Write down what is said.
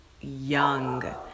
young